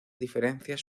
diferencias